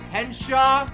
Henshaw